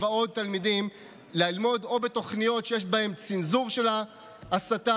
ועוד תלמידים ללמוד או בתוכניות שיש בהם צנזורה של ההסתה